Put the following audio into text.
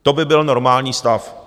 To by byl normální stav.